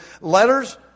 letters